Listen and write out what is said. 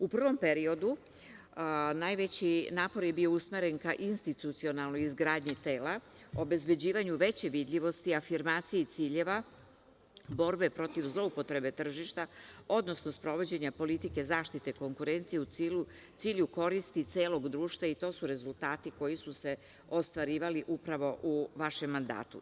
U prvom periodu najveći napor je bio usmeren ka institucionalnoj izgradnji tela, obezbeđivanju veće vidljivosti, afirmaciji ciljeva borbe protiv zloupotrebe tržišta, odnosno sprovođenja politike zaštite konkurencije u cilju koristi celog društva i to su rezultati koji su se ostvarivali upravo u vašem mandatu.